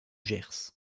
gers